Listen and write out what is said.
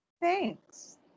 Thanks